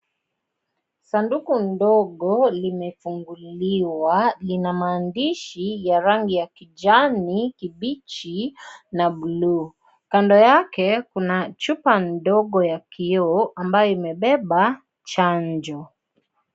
Sanduku ndogo limefunguliliwa lina maaandishi ya rangi ya alkijani kibichi na buluu, kando yake kuna chupa ndogo ya kioo ambayo imebeba chanjo.